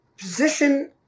position